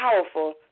powerful